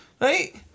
Right